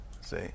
See